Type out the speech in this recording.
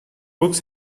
books